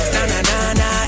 Na-na-na-na